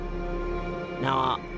Now